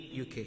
UK